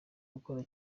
gukora